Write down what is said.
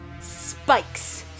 spikes